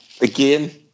again